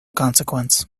consequence